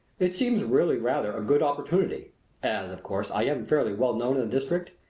it seems really rather a good opportunity as, of course, i am fairly well known in the district,